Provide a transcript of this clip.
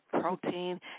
protein